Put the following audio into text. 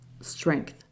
strength